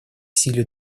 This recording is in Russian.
силе